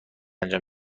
انجام